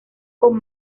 con